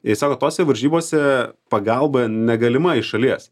ir sako tose varžybose pagalba negalima iš šalies